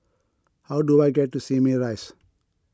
how do I get to Simei Rise